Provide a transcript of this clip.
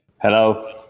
Hello